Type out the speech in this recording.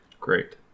Great